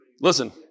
Listen